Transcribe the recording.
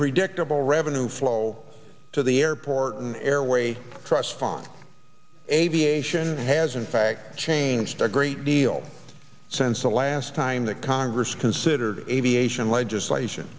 predictable revenue flow to the airport and airway trust fund aviation has in fact changed a great deal since the last time the congress considered aviation legislation